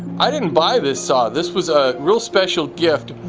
i didn't buy this saw. this was a real special gift